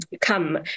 come